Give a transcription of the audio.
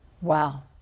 Wow